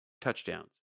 touchdowns